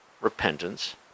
repentance